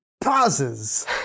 pauses